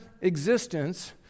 existence